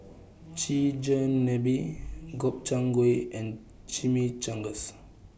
Chigenabe Gobchang Gui and Chimichangas